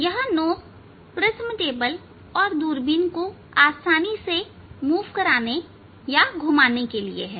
यह knob prism table और दूरबीन को आसानी से घुमाने के लिए है